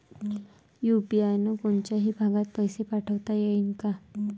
UPI न कोनच्याही भागात पैसे पाठवता येईन का?